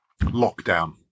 lockdown